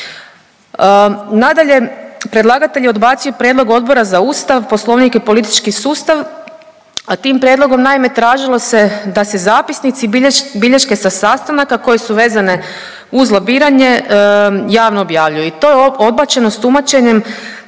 Nadalje, predlagatelj je odbacio prijedlog Odbora za Ustav, Poslovnik i politički sustav, a tim prijedlogom naime tražilo se da se zapisnici, bilješke sa sastanaka koje su vezane uz lobiranje javno objavljuju i to je odbačeno sa tumačenjem